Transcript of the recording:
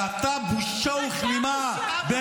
אתה בושה וחרפה לכנסת.